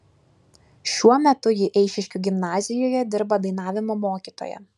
šiuo metu ji eišiškių gimnazijoje dirba dainavimo mokytoja